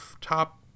top